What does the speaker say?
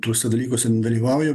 tuose dalykuose nedalyvauja